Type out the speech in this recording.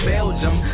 Belgium